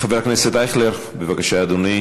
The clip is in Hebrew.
חבר הכנסת אייכלר, בבקשה, אדוני.